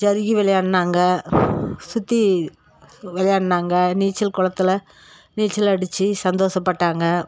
சறுக்கி விளையாடுனாங்க சுற்றி விளையாடுனாங்க நீச்சல் குளத்துல நீச்சல் அடித்து சந்தோஷப்பட்டாங்க